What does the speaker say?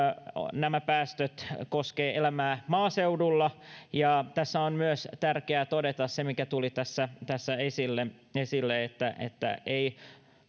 nämä päästöt eivät koske ainoastaan elämää maaseudulla ja tässä on tärkeää todeta myös se mikä tuli tässä tässä esille esille että että ei